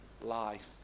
life